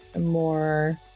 more